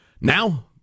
Now